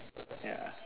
ya